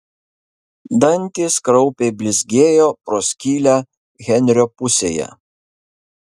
dantys kraupiai blizgėjo pro skylę henrio pusėje